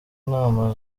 nama